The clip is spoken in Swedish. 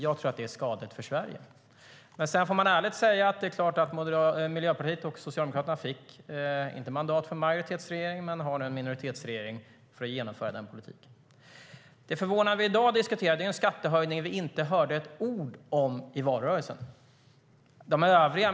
Jag tror att det är skadligt för Sverige.Det fråga vi diskuterar i dag är en skattehöjning vi inte hörde ett ord om i valrörelsen.